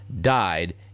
died